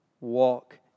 walk